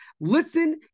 Listen